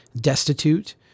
destitute